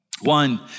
One